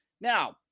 Now